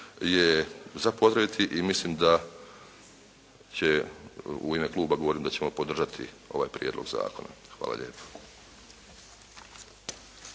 je za pozdraviti i mislim da će u ime kluba govorim da ćemo podržati ovaj prijedlog zakona. Hvala lijepo.